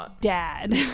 dad